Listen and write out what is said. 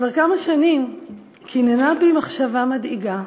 כבר כמה שנים קיננה בי מחשבה מדאיגה,